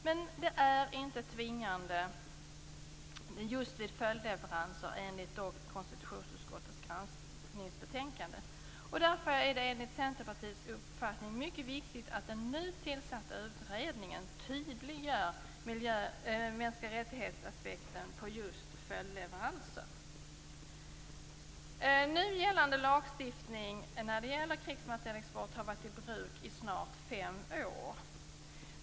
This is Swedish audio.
Men det är inte tvingande just vid följdleveranser enligt konstitutionsutskottets granskningsbetänkande. Därför är det enligt Centerpartiets uppfattning mycket viktigt att den nu tillsatta utredningen tydliggör aspekten mänskliga rättigheter vid följdleveranser. Nu gällande lagstiftning för krigsmaterielexport har varit i bruk i snart fem år.